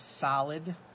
solid